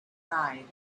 night